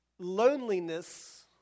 loneliness